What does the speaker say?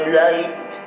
light